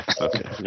Okay